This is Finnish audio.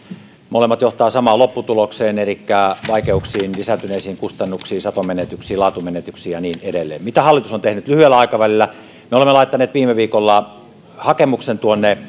molemmat johtavat samaan lopputulokseen elikkä vaikeuksiin lisääntyneisiin kustannuksiin satomenetyksiin laatumenetyksiin ja niin edelleen mitä hallitus on tehnyt lyhyellä aikavälillä me olemme laittaneet viime viikolla hakemuksen